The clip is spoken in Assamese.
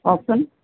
কওকচোন